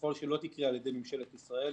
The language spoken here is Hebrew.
ככל שלא תהיה על ידי ממשלת ישראל,